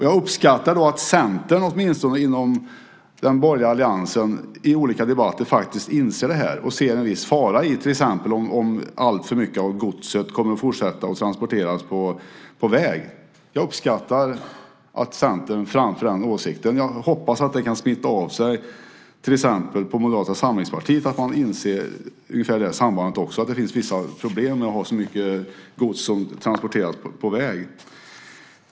Jag uppskattar att åtminstone Centern i den borgerliga alliansen i olika debatter inser detta och ser en viss fara i att till exempel alltför mycket av godset fortsätter att transporteras på väg. Jag uppskattar att Centern framför den åsikten och hoppas att det kan smitta av sig på till exempel Moderata samlingspartiet så att de inser att det finns vissa problem med att ha så mycket gods som transporteras på väg.